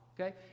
Okay